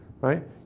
right